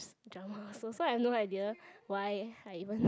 drama also so so I have no idea why I even